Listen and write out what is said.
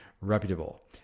reputable